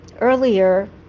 earlier